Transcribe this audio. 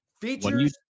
Features